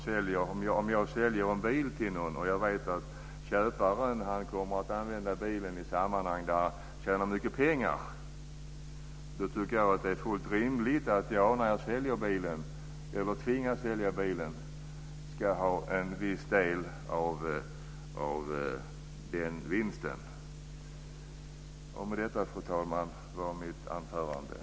Om jag tvingas sälja en bil till någon och jag vet att köparen kommer att använda bilen i sammanhang där han tjänar mycket pengar, tycker jag att det är fullt rimligt att jag ska få en viss del av köparens vinst.